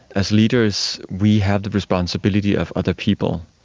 as leaders we have the responsibility of other people.